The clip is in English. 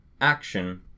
action